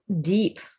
deep